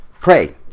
Pray